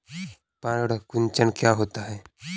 पर्ण कुंचन क्या होता है?